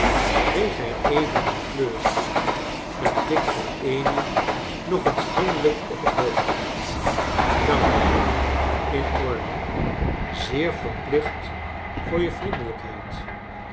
kreeg hij even een kleur en tikte amy nog eens vriendelijk op het hoofd dank je john in orde zeer verplicht voor je vriendelijkheid